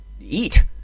eat